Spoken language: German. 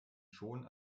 schon